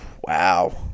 Wow